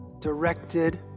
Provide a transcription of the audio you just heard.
directed